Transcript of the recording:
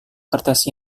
kertas